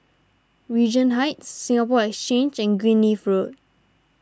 Regent Heights Singapore Exchange and Greenleaf Road